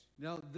Now